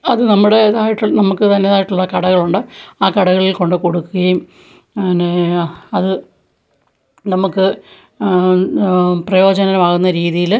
അത് നമ്മുടേതായിട്ട് നമ്മള്ക്ക് തന്നെതായിട്ടുള്ള കടകളുണ്ട് ആ കടകളിൽ കൊണ്ടു കൊടുക്കുകയും അന്നേ അത് നമ്മള്ക്ക് പ്രയോജനമാകുന്ന രീതിയില്